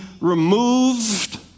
removed